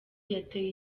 yateye